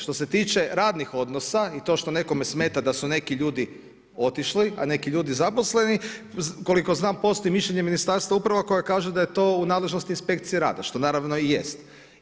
Što se tiče radnih odnosa i to što nekome smeta da su neki ljudi otišli, a neki ljudi zaposleni, koliko znam postoji mišljenje Ministarstva uprave koje kaže da je to u nadležnosti Inspekcije rada, što naravno i jest.